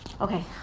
Okay